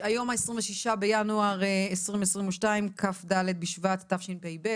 היום ה-26 בינואר 2022, כ"ד בשבט תשפ"ב.